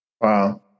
Wow